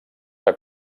que